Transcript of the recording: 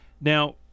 Now